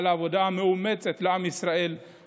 על העבודה המאומצת לעם ישראל,